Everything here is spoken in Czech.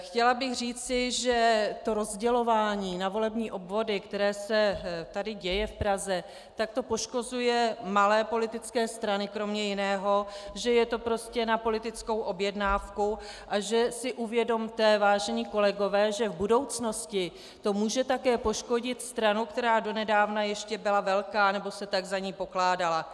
Chtěla bych říci, že rozdělování na volební obvody, které se tady děje v Praze, poškozuje malé politické strany kromě jiného, že je to prostě na politickou objednávku, a uvědomte si, vážení kolegové, že v budoucnosti to může také poškodit stranu, která donedávna byla ještě velká, anebo se tak za ni pokládala.